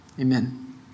Amen